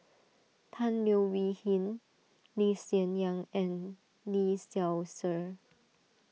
Tan Leo Wee Hin Lee Hsien Yang and Lee Seow Ser